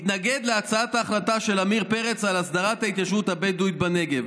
אתנגד להצעת החלטה של עמיר פרץ על הסדרת ההתיישבות הבדואית בנגב.